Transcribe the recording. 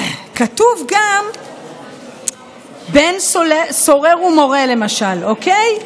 גם "בן סורר ומורה", למשל, אוקיי?